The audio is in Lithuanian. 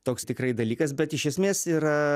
toks tikrai dalykas bet iš esmės yra